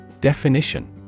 Definition